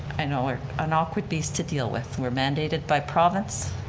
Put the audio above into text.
i know we're an awkward beast to deal with, we're mandated by province,